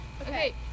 okay